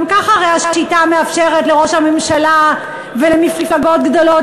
גם ככה הרי השיטה מאפשרת לראש הממשלה ולמפלגות גדולות